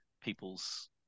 people's